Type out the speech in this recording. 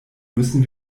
müssen